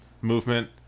movement